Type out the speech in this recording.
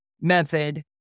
method